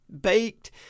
baked